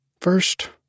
First